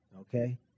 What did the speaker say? okay